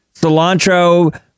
cilantro